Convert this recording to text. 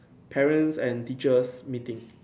parents and teachers meeting